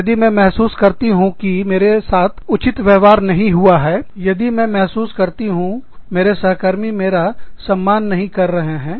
यदि मैं महसूस करती हूँ कि मेरे साथ उचित न्याय संगत व्यवहार नहीं हुआ है यदि मैं महसूस करती हूँ मेरे सहकर्मी मेरा सम्मान नहीं कर रहे हैं